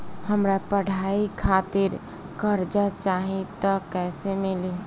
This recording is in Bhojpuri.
हमरा पढ़ाई खातिर कर्जा चाही त कैसे मिली?